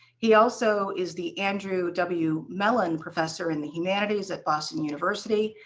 he also is the andrew w. mellon professor in the humanities at boston university,